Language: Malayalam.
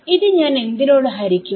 ഇത് ഞാൻ എന്തിനോട് ഹരിക്കും